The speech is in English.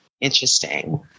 interesting